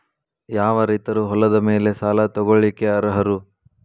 ಯಾವ ರೈತರು ಹೊಲದ ಮೇಲೆ ಸಾಲ ತಗೊಳ್ಳೋಕೆ ಅರ್ಹರು?